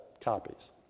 copies